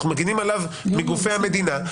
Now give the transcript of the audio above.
אנחנו מגינים עליו מגופי המדינה.